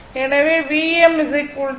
எனவே Vm Im z